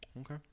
Okay